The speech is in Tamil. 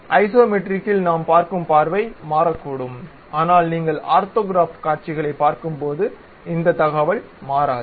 ஐசோமெட்ரிக்கில் நாம் பார்க்கும் பார்வை மாறக்கூடும் ஆனால் நீங்கள் ஆர்த்தோகிராஃபிக் காட்சிகளைப் பார்க்கும்போது இந்த தகவல் மாறாது